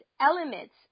elements